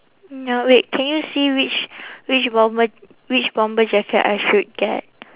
ya wait can you see which which bomber which bomber jacket I should get